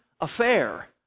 affair